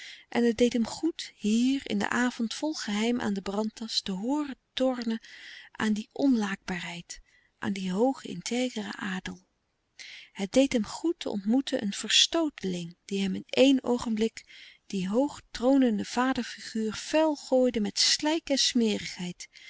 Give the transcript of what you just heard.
en het deed hem goed hier in den avond vol geheim aan de brantas te hooren tornen aan die onlaakbaarheid aan dien hoogen intègren adel het deed hem goed te ontmoeten een verstooteling die hem in éen oogenblik die hoog tronende vaderfiguur vuil gooide met slijk en smerigheid